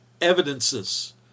evidences